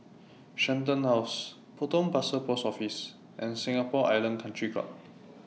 Shenton House Potong Pasir Post Office and Singapore Island Country Club